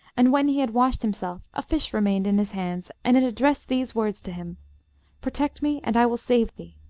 and when he had washed himself a fish remained in his hands, and it addressed these words to him protect me, and i will save thee